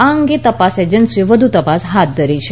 આ અંગે તપાસ એજ્સીઓએ વધુ તપાસ હાથ ધરી છે